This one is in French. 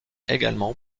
également